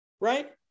Right